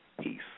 Peace